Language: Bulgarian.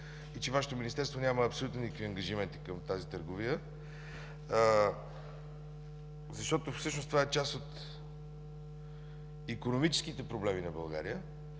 и че Вашето Министерство няма абсолютно никакви ангажименти към тази търговия. Всъщност това е част от икономическите проблеми на България,